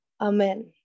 amen